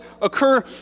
occur